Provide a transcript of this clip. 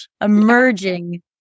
emerging